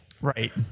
right